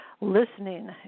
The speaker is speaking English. listening